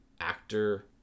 actor